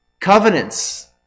covenants